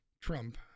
Trump